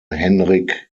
henrik